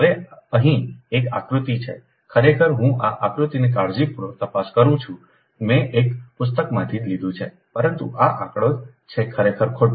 હવે અહીં એક આકૃતિ છે ખરેખર હું આ આકૃતિની કાળજીપૂર્વક તપાસ કરું છું મેં એક પુસ્તકમાંથી જ લીધી છે પરંતુ આ આંકડો છે ખરેખર ખોટું